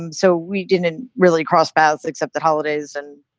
and so we didn't really cross paths except the holidays. and,